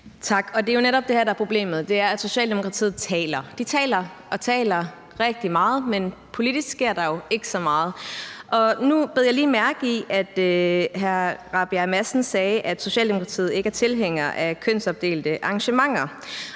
Det er jo netop det her, der er problemet. Det er, at Socialdemokratiet taler. De taler og taler rigtig meget, men politisk sker der jo ikke så meget. Nu bed jeg lige mærke i, at hr. Christian Rabjerg Madsen sagde, at Socialdemokratiet ikke er tilhængere af kønsopdelte arrangementer.